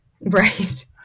Right